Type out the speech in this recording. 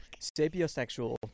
Sapiosexual